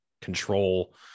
control